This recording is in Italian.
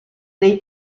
dei